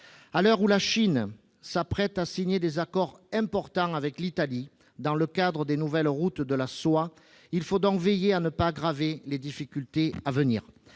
À l'heure où la Chine s'apprête à signer des accords importants avec l'Italie dans le cadre des nouvelles routes de la soie, il faut veiller à ne pas aggraver les difficultés à venir.